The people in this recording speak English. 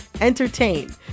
entertain